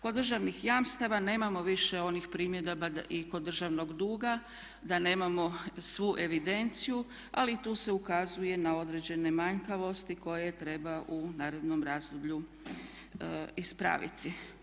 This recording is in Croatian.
Kod državnih jamstava nemamo više onih primjedaba i kod državnog duga da nemamo svu evidenciju ali i tu se ukazuje na određene manjkavosti koje treba u narednom razdoblju ispraviti.